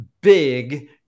big